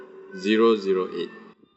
zero zero eight